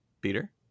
Peter